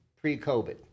pre-COVID